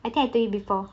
I think I told you before